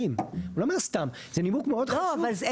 אנחנו מקפידים,